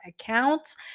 accounts